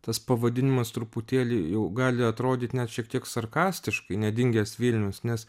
tas pavadinimas truputėlį jau gali atrodyt net šiek tiek sarkastiškai nedingęs vilnius nes